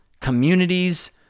communities